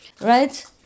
Right